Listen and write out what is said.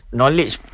knowledge